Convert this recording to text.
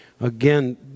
again